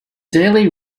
daily